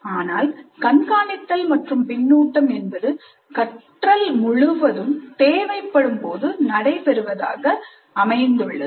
ஆனால் கண்காணித்தல் மற்றும் பின்னூட்டம் என்பது கற்றல் முழுவதும் தேவைப்படும்போது நடைபெறுவதாக அமைந்துள்ளது